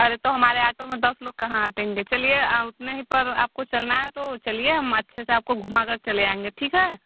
अरे तो हमारे ऑटो में दस लोग कहाँ आएँगे चलिए आप अपने ही पर आपको चलना है तो चलिए हम अच्छे से आपको घुमा कर चले आएँगे ठीक है